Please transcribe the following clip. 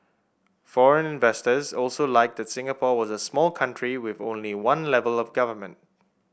foreign investors also liked that Singapore was a small country with only one level of government